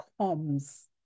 comes